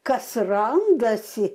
kas randasi